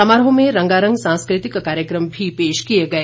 समारोह में रंगारंग सांस्कृतिक कार्यक्रम भी पेश किए गए